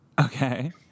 Okay